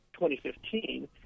2015